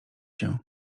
się